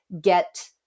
get